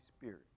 Spirit